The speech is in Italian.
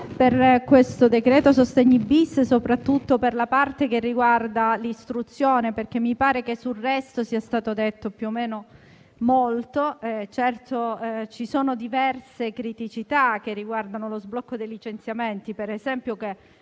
decreto-legge sostegni-*bis* soprattutto per la parte che riguarda l'istruzione perché mi pare che sul resto sia stato detto molto. Certo, ci sono diverse criticità che riguardano lo sblocco dei licenziamenti, per esempio, che